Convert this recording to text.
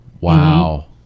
Wow